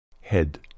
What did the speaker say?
Head